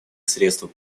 средства